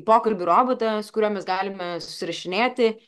pokalbių robotas kuriuo mes galime susirašinėti